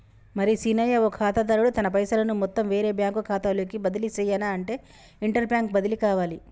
మరి సీనయ్య ఓ ఖాతాదారుడు తన పైసలను మొత్తం వేరే బ్యాంకు ఖాతాలోకి బదిలీ సెయ్యనఅంటే ఇంటర్ బ్యాంక్ బదిలి కావాలి